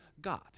God